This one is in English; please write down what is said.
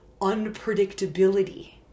unpredictability